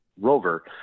rover